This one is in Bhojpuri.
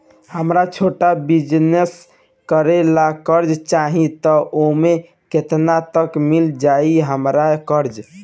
हमरा छोटा बिजनेस करे ला कर्जा चाहि त ओमे केतना तक मिल जायी हमरा कर्जा?